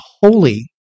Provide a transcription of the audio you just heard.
holy